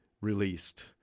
released